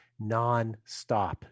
nonstop